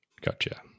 Gotcha